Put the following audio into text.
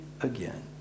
again